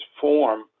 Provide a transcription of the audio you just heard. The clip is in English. form